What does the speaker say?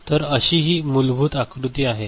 तर अशी हि मूलभूत आकृती आहे